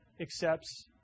accepts